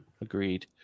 Agreed